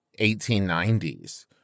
1890s